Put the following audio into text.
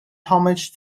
homage